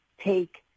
take